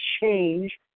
change